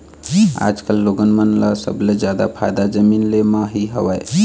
आजकल लोगन मन ल सबले जादा फायदा जमीन ले म ही हवय